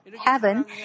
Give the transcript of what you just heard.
heaven